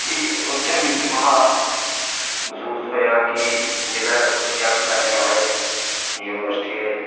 ते उत्थै मिगी थोह्डा मसूस होआ कि जेल्लै रुट्टी चैक करने गी आए यूनिबर्सट्री दे